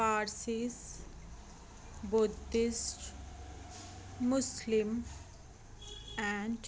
Parsis Buddhist Muslim and